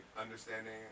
understanding